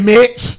Mitch